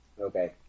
Okay